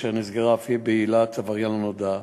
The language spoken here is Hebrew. נסגרה אף היא בעילת עבריין לא נודע.